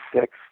six